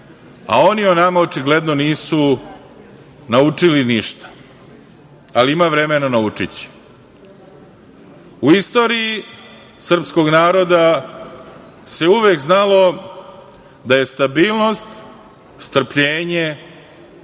a oni o nama očigledno nisu naučili ništa, ali ima vremena, naučiće.U istoriji srpskog naroda se uvek znalo da je stabilnost, strpljenje,